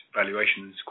valuations